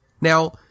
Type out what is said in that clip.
Now